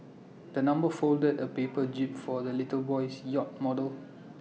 the number folded A paper jib for the little boy's yacht model